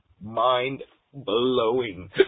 Mind-blowing